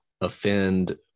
offend